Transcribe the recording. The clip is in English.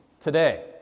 today